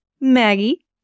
Maggie